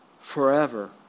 forever